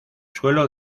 suelo